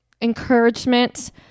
encouragement